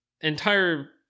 entire